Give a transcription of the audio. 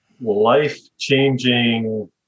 life-changing